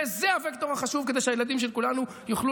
וזה הווקטור החשוב כדי שהילדים של כולנו יוכלו